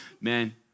Man